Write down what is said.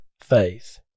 faith